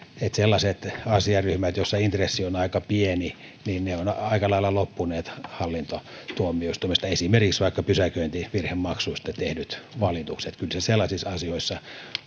sellaiset asiaryhmät joissa intressi on aika pieni ovat aika lailla loppuneet hallintotuomioistuimista esimerkiksi pysäköintivirhemaksuista tehdyt valitukset kyllä sellaisissa asioissa